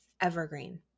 evergreen